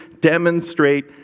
demonstrate